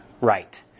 right